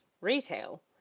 retail